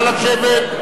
נא לשבת.